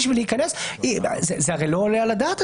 הדבר הזה הרי לא עולה על הדעת.